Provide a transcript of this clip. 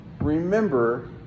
remember